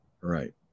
Right